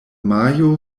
majo